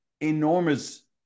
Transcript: enormous